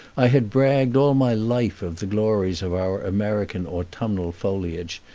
i had bragged all my life of the glories of our american autumnal foliage,